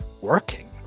working